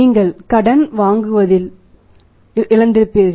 நீங்கள் கடன் வழங்குவதில் இழந்திருப்பீர்கள்